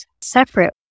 separate